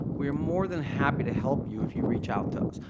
we are more than happy to help you if you reach out to us.